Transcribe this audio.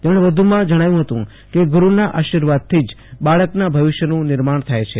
તેમણે વધુ માં જણાવ્યુ કે ગુરૂના આર્શિવાદથી બાળકના ભવિષ્યનું નિર્માણ થાય છે